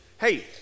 Hey